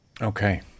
Okay